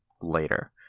later